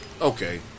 Okay